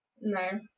No